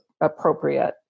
appropriate